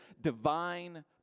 divine